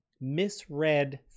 misread